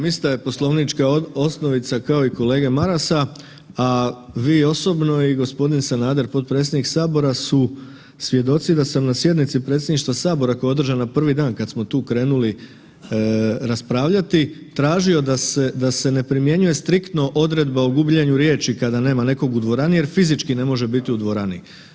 Ista je poslovnička osnovica kao i kolege Marasa, a vi osobno i g. Sanader, potpredsjednik Sabora su svjedoci da sam na sjednici predsjedništva Sabora koja je održana prvi dan kad smo tu krenuli raspravljati, tražio da se, da se ne primjenjuje striktno odredba o gubljenju riječi kada nema nekog u dvorani jer fizički ne može biti u dvorani.